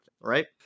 right